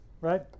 Right